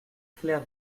claire